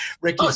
Ricky